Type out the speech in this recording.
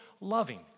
loving